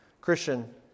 Christian